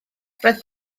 roedd